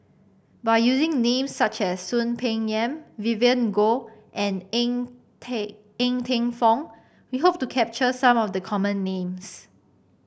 by using names such as Soon Peng Yam Vivien Goh and Ng Ng Teng Fong we hope to capture some of the common names